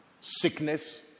sickness